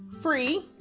free